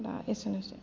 दा एसेनोसै